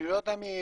אני לא יודע מי